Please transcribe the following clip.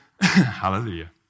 Hallelujah